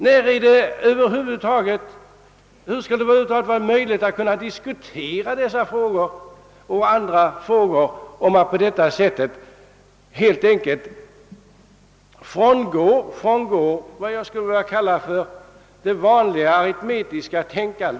Hur skall det över huvud taget vara möjligt att diskutera dessa och andra frågor, om man på detta sätt frångår vad jag vill kalla vanligt aritmetiskt tänkande?